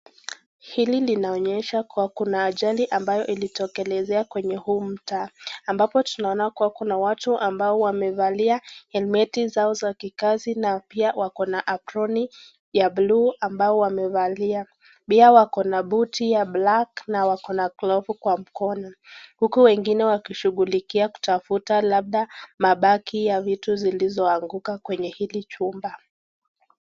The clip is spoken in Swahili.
Hili linaonyesha kuwa kuna ajali ambayo ilitokea kwenye huu mtaa. Ambapo tunaona watu ambao wamevali helmeti zao za kikazi na pia wako na aproni ya buluu ambayo wamevalia, pia wako na buti ya black na wako na glovu kwa mkono. Huku wengine wakishughulikia kutafuta labda mabaki ya vitu ilizoanguka kwenye hili chumba.